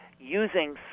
using